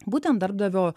būtent darbdavio